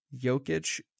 Jokic